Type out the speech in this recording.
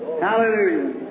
Hallelujah